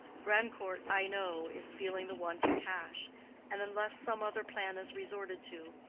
grandcourt, i know, is feeling the want of cash and unless some other plan is resorted to,